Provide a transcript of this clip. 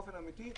באופן האמיתי,